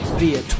via